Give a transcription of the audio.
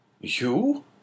You